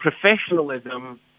professionalism